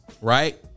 right